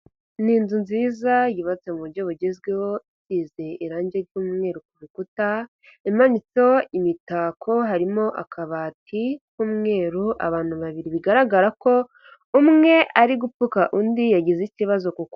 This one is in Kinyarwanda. Ni inzu nziza yubatse mu buryo bugezweho, isize irangi ry'umweru ku rukuta. Imanitseho imitako harimo akabati k'umweru, abantu babiri bigaragara ko umwe ari gupfuka undi yagize ikibazo kuku.